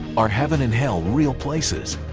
are heaven and hell real places?